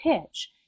pitch